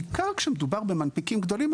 בעיקר כשמדובר במנפיקים גדולים,